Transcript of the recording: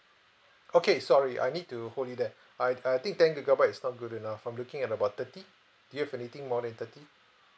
okay sorry I need to hold you there I I think ten gigabyte is not good enough I'm looking at about thirty do you have anything more than thirty